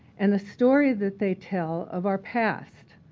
and a story that they tell of our past.